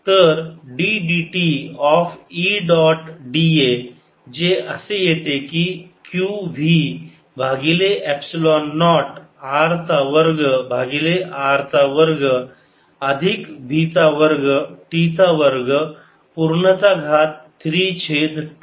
तर d dt of E dot da जे असे येते की q v भागिले एपसिलोन नॉट R चा वर्ग भागिले R चा वर्ग अधिक v चा वर्ग t चा वर्ग पूर्ण चा घात 3 छेद 2